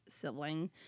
sibling